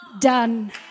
done